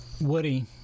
Woody